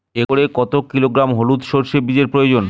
একরে কত কিলোগ্রাম হলুদ সরষে বীজের প্রয়োজন?